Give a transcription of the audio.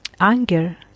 anger